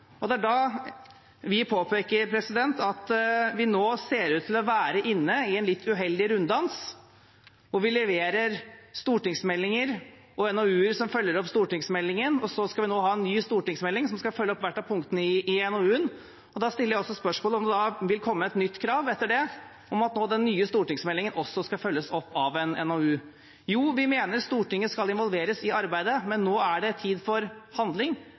2016. Det er da vi påpeker at vi nå ser ut til å være inne i en litt uheldig runddans, hvor vi leverer stortingsmeldinger og NOU-er som følger opp stortingsmeldinger, og så skal det nå være en ny stortingsmelding som skal følge opp hvert av punktene i NOU-en. Og da stiller jeg spørsmålet om det vil komme et nytt krav etter det om at den nye stortingsmeldingen også skal følges opp av en NOU. Ja, vi mener at Stortinget skal involveres i arbeidet, men nå er det tid for handling.